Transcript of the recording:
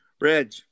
Reg